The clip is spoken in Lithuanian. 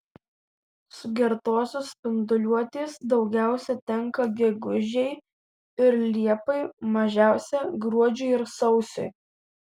sugertosios spinduliuotės daugiausiai tenka gegužei ir liepai mažiausia gruodžiui ir sausiui